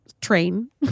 train